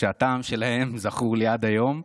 שהטעם שלהן זכור לי עד היום,